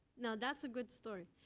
now, that's a good story.